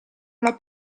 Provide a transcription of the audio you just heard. alla